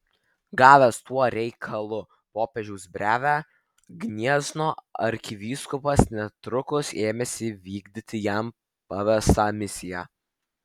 gavęs tuo reikalu popiežiaus brevę gniezno arkivyskupas netrukus ėmėsi vykdyti jam pavestą misiją